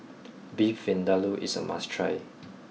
Beef Vindaloo is a must try